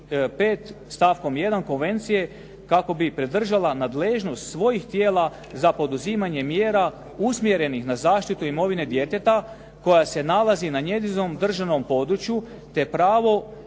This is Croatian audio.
1. Konvencije kako bi pridržala nadležnost svojih tijela za poduzimanje mjera usmjerenih na zaštitu imovine djeteta koja se nalazi na njezinom državnom području te pravo